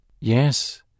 Yes